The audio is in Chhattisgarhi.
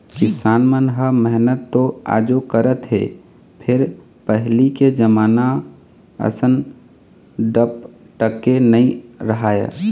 किसान मन ह मेहनत तो आजो करत हे फेर पहिली के जमाना असन डपटके नइ राहय